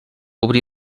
obrí